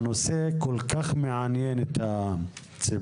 הנושא כל כך מעניין את הציבור,